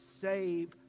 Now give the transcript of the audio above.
save